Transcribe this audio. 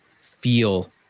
feel –